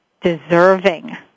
deserving